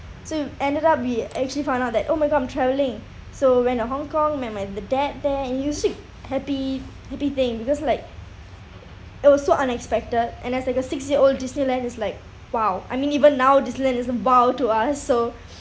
so it ended up we actually found out that oh my god I'm traveling so I went to hong kong where my d~ dad there and we seek happy happy thing because like it was so unexpected and as like a six year old Disneyland is like !wow! I mean even now Disneyland is a !wow! to us so